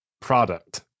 product